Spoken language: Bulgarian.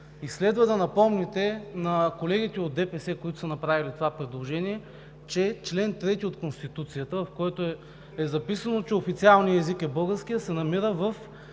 следва да напомните на колегите от ДПС, които са направили това предложение, че чл. 3 от Конституцията, в който е записано, че официалният език е българският, се намира в